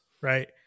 right